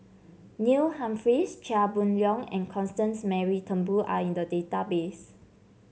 Neil Humphreys Chia Boon Leong and Constance Mary Turnbull are in the database